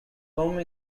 home